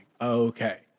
okay